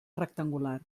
rectangular